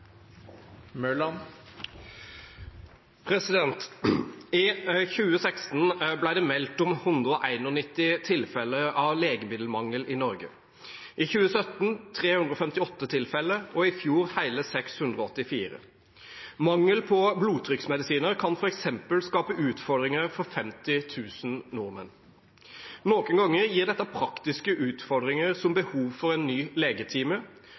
Norge, i 2017 358 tilfeller og i fjor hele 684. Mangel på blodtrykksmedisiner kan f.eks. skape utfordringer for 50 000 nordmenn. Noen ganger gir dette praktiske utfordringer som behov for ny